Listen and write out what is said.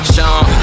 Sean